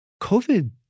COVID